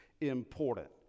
important